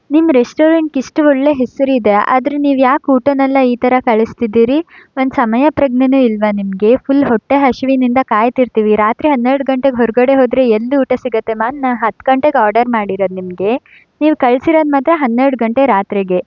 ನಿಮ್ಮ ರೆಸ್ಟೋರೆಂಟ್ಗಿಷ್ಟು ಒಳ್ಳೆಯ ಹೆಸರಿದೆ ಆದರೆ ನೀವ್ಯಾಕೆ ಊಟನೆಲ್ಲ ಈ ಥರ ಕಳಿಸ್ತಿದ್ದೀರಿ ಒಂದು ಸಮಯಪ್ರಜ್ಞೆಯೇ ಇಲ್ವಾ ನಿಮಗೆ ಫುಲ್ ಹೊಟ್ಟೆ ಹಸಿವಿನಿಂದ ಕಾಯ್ತಿರ್ತೀವಿ ರಾತ್ರಿ ಹನ್ನೆರಡು ಗಂಟೆಗೆ ಹೊರಗಡೆ ಹೋದರೆ ಎಲ್ಲಿ ಊಟ ಸಿಗುತ್ತೆ ಮ್ಯಾಮ್ ನಾನು ಹತ್ತು ಗಂಟೆಗೆ ಆರ್ಡರ್ ಮಾಡಿರೋದು ನಿಮಗೆ ನೀವು ಕಳ್ಸಿರೋದು ಮಾತ್ರ ಹನ್ನೆರಡು ಗಂಟೆ ರಾತ್ರಿಗೆ